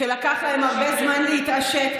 שלקח להם הרבה זמן להתעשת,